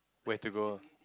where to go